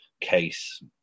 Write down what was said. case